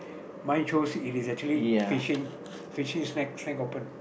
mine shows it is actually fishing fishing snack snack open